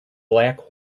black